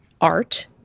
art